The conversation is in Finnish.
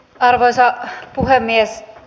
arvoisa puhemies